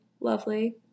lovely